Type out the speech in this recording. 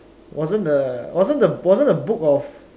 wasn't the wasn't wasn't the book of